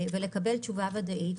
ולקבל תשובה ודאית.